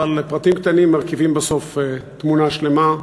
אבל פרטים קטנים מרכיבים בסוף תמונה שלמה,